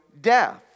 death